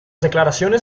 declaraciones